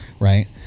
Right